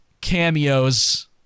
cameos